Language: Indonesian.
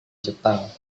jepang